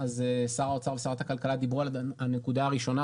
אז שר האוצר ושרת הכלכלה דיברו על הנקודה הראשונה,